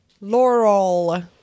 Laurel